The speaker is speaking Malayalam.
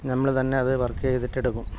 നമ്മൾ തന്നെ അത് വർക്ക് ചെയ്തിട്ട് എടുക്കും